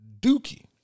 Dookie